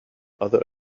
other